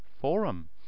forum